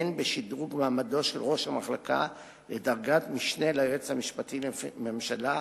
הן בשדרוג מעמדו של ראש המחלקה לדרגת משנה ליועץ המשפטי לממשלה,